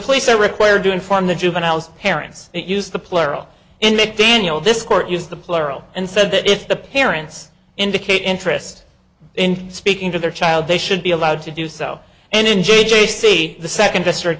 police are required to inform the juveniles parents use the plural in mcdaniel this court use the plural and said that if the parents indicate interest in speaking to their child they should be allowed to do so and in j j c the second district